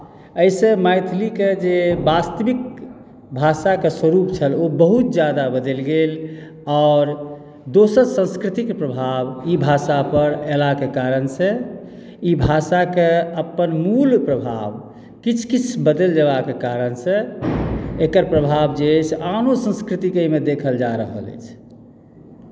एहिसे मैथिलीके जे वास्तविक भाषाके स्वरूप छल ओ बहुत जादा बदलि गेल आओर दोसर संस्कृतिके प्रभाव ई भाषा पर एलाके कारण से ई भाषाके अपन मूल प्रभाव किछु किछु बदलि जेबाके कारण से एकर प्रभाव जे अछि आनो संस्कृतिके एहिमे देखल जा रहल अछि